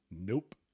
nope